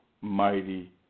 mighty